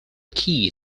key